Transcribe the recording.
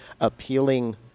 appealing